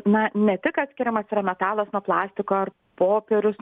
na ne tik atskiriamas metalas nuo plastiko ar popierius